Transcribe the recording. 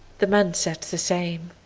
the men said the same.